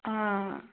ಆಂ